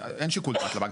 אין שיקול דעת לבנק.